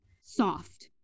soft